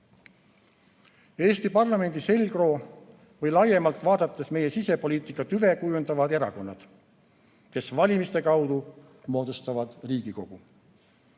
Eesti parlamendi selgroo või laiemalt vaadates meie sisepoliitika tüve kujundavad erakonnad, kes valimiste kaudu moodustavad Riigikogu.